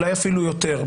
אולי אפילו יותר,